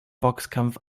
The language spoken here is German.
boxkampf